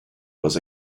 was